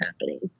happening